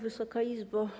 Wysoka Izbo!